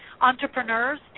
entrepreneurs